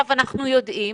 אנחנו יודעים,